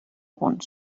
punts